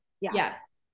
yes